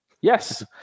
Yes